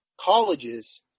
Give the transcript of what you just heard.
colleges